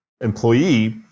employee